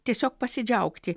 tiesiog pasidžiaugti